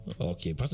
Okay